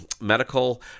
medical